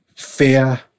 Fear